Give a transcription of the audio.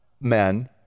men